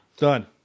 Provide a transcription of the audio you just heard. done